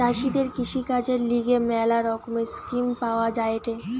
চাষীদের কৃষিকাজের লিগে ম্যালা রকমের স্কিম পাওয়া যায়েটে